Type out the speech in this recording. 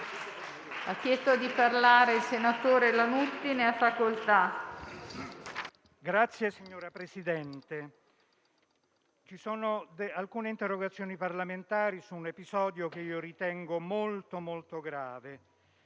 *(M5S)*. Signor Presidente, ci sono alcune interrogazioni parlamentari su un episodio che ritengo molto grave.